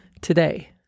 today